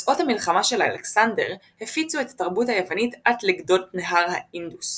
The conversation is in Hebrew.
מסעות המלחמה של אלכסנדר הפיצו את התרבות היוונית עד לגדות נהר האינדוס.